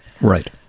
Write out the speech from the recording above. Right